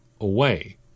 away